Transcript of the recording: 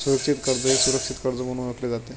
सुरक्षित कर्ज हे सुरक्षित कर्ज म्हणून ओळखले जाते